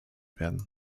werden